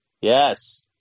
Yes